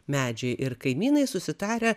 medžiai ir kaimynai susitarę